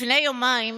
לפני יומיים,